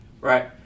right